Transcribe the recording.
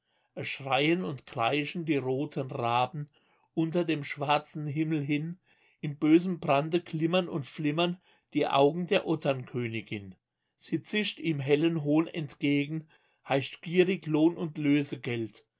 schreien und kreischen die roten raben unter dem schwarzen himmel hin in bösem brande glimmern und flimmern die augen der otternkönigin sie zischt ihm hellen hohn entgegen heischt gierig lohn und lösegeld